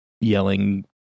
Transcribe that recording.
yelling